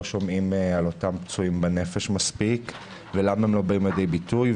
שומעים מספיק על אותם פצועים בנפש ולמה הם לא באים לידי ביטוי.